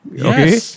okay